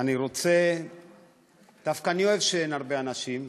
אני דווקא אוהב שאין הרבה אנשים,